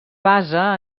basa